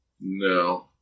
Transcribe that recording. No